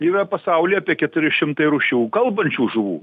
yra pasaulyje apie keturi šimtai rūšių kalbančių žuvų